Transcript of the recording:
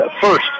first